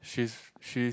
she's she is